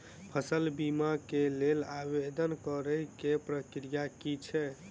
फसल बीमा केँ लेल आवेदन करै केँ प्रक्रिया की छै?